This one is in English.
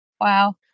Wow